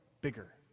bigger